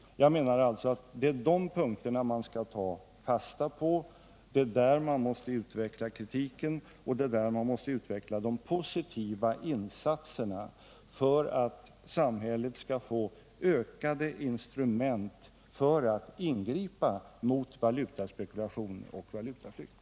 Det är alltså dessa punkter man skall ta fasta på. Det är där man måste utveckla kritiken och utveckla de positiva insatserna för att samhället skall få bättre instrument för att ingripa mot valutaspekulation och valutaflykt.